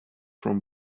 from